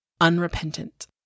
unrepentant